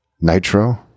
Nitro